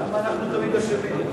למה אנחנו תמיד אשמים?